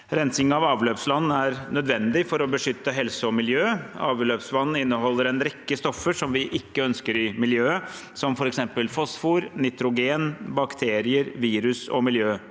Rensing av avløpsvann er nødvendig for å beskytte helse og miljø. Avløpsvann inneholder en rekke stoffer som vi ikke ønsker i miljøet, som f.eks. fosfor, nitrogen, bakterier, virus og miljøgifter.